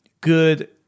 good